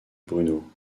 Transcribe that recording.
bruno